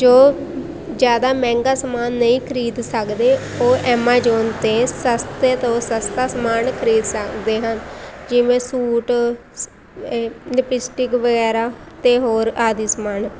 ਜੋ ਜ਼ਿਆਦਾ ਮਹਿੰਗਾ ਸਮਾਨ ਨਹੀਂ ਖਰੀਦ ਸਕਦੇ ਉਹ ਐਮਾਜੋਨ 'ਤੇ ਸਸਤੇ ਤੋਂ ਸਸਤਾ ਸਮਾਨ ਖਰੀਦ ਸਕਦੇ ਹਨ ਜਿਵੇਂ ਸੂਟ ਸ ਏ ਲਪਿਸਟਿਕ ਵਗੈਰਾ ਅਤੇ ਹੋਰ ਆਦਿ ਸਮਾਨ